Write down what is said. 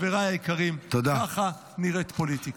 חבריי היקרים, ככה נראית פוליטיקה.